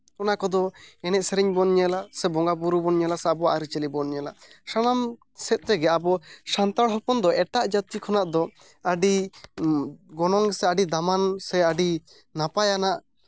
ᱚᱱᱟ ᱠᱚᱫᱚ ᱮᱱᱮᱡ ᱥᱮᱨᱮᱧ ᱵᱚᱱ ᱧᱮᱞᱟ ᱵᱚᱸᱜᱟᱼᱵᱩᱨᱩ ᱵᱚᱱ ᱧᱮᱞᱟ ᱥᱮ ᱟᱵᱚᱣᱟᱜ ᱟᱹᱨᱤᱪᱟᱹᱞᱤ ᱵᱚᱱ ᱧᱮᱞᱟ ᱥᱟᱱᱟᱢ ᱥᱮᱫ ᱛᱮᱜᱮ ᱟᱵᱚ ᱥᱟᱱᱛᱟᱲ ᱦᱚᱯᱚᱱ ᱫᱚ ᱮᱴᱟᱜ ᱡᱟᱹᱛᱤ ᱠᱷᱚᱱᱟᱜ ᱫᱚ ᱟᱹᱰᱤ ᱜᱚᱱᱚᱝ ᱥᱮ ᱟᱹᱰᱤ ᱫᱟᱢᱟᱱ ᱥᱮ ᱟᱹᱰᱤ ᱱᱟᱯᱟᱭᱟᱱᱟᱜ